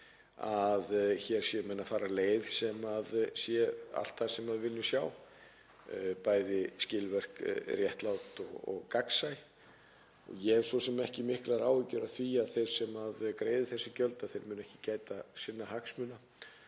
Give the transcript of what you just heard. að hér séu menn að fara leið sem er allt það sem við viljum sjá, bæði skilvirk, réttlát og gagnsæ. Ég hef svo sem ekki miklar áhyggjur af því að þeir sem greiða þessi gjöld muni ekki gæta sinna hagsmuna.